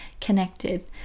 connected